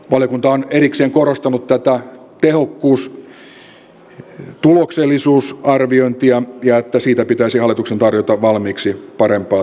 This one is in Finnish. valiokunta on erikseen korostanut tätä tehokkuus tuloksellisuusarviointia ja sitä että siitä pitäisi hallituksen tarjota valmiiksi parempaa tietoa